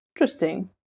Interesting